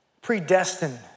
predestined